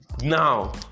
Now